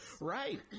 Right